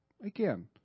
Again